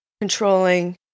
controlling